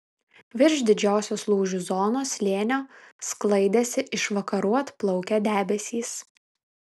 virš didžiosios lūžių zonos slėnio sklaidėsi iš vakarų atplaukę debesys